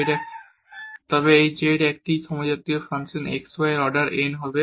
যখন এই z একটি সমজাতীয় ফাংশন x এবং y অর্ডার n হয়